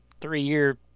three-year